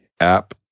app